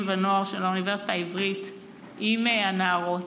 ונוער של האוניברסיטה העברית עם הנערות.